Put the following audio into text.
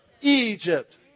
Egypt